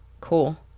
cool